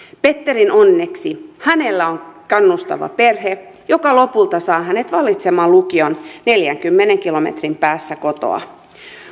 petterin onneksi hänellä on kannustava perhe joka lopulta saa hänet valitsemaan lukion neljänkymmenen kilometrin päässä kotoa